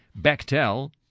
Bechtel